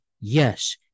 yes